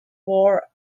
war